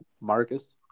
Marcus